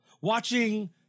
watching